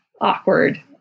awkward